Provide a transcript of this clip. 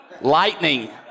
lightning